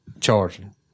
charging